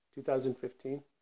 2015